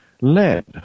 lead